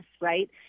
right